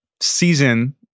season